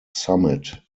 summit